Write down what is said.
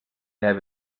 have